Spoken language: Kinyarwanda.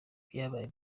byabaye